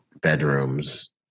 bedrooms